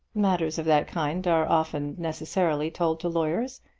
matters of that kind are often necessarily told to lawyers.